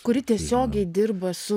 kuri tiesiogiai dirba su